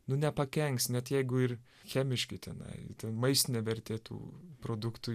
nu nepakenks net jeigu ir chemiški tenai maistinė vertė tų produktų